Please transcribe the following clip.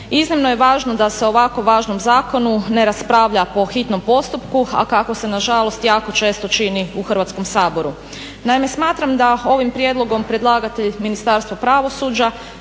Iznimno je važno da se o ovako važnom zakonu ne raspravlja po hitnom postupku, a kako se nažalost jako često čini u Hrvatskom saboru. Naime, smatram da ovim prijedlogom predlagatelj Ministarstvo pravosuđa